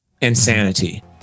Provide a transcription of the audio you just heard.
insanity